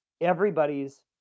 everybody's